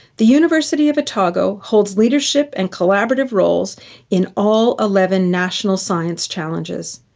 the university of otago holds leadership and collaborative roles in all eleven national science challenges.